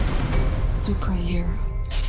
superhero